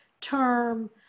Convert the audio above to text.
term